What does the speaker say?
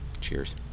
Cheers